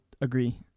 agree